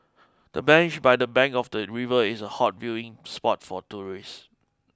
the bench by the bank of the river is a hot viewing spot for tourists